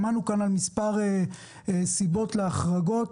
שמענו כאן על מספר סיבות להחרגות.